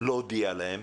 להודיע להם,